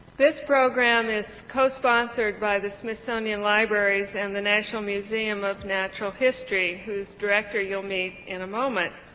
this program is co-sponsored by the smithsonian libraries and the national museum of natural history who's director you'll meet in a moment.